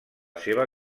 seva